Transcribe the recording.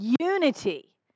unity